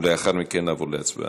ולאחר מכן נעבור להצבעה.